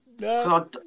No